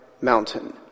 mountain